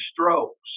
strokes